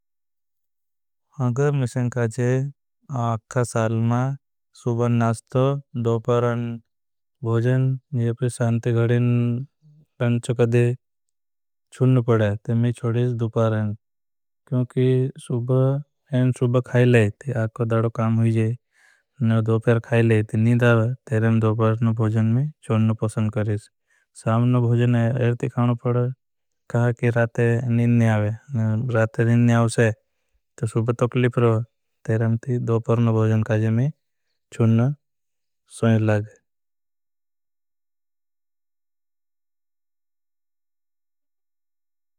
अगर मिशंकाजे आखा सालमा सुबा नासतो दोपारण भोजन। या पिर सानते गड़ेन लंच कदे छुणन पड़े में छोड़ेंस दुपारण। क्योंकि सुबह एन सुबह खाई ले ते आखों दादों कामहोइजे। दोपहर खाई ले नी ते नींद आवे सालमा सुबा नासतो। दोपारण भोजन या पिर सानते गड़ेन लंच कदे छुणन पड़े। ने भोजन ने एरते खानों पे काहे कि रातों नींद नहीं राते। नींद नहीं आवे ते सूबा तक्लीफ़ रहवे रंथी दोपहर जी। भोजन खाचही छोड़ेंस दुपारण।